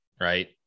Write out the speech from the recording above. right